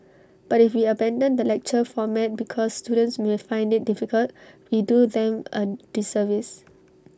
but if we abandon the lecture format because students may find IT difficult we do them A disservice